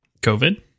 covid